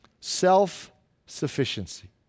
self-sufficiency